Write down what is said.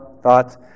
thoughts